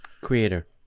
Creator